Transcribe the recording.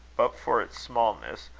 but for its smallness,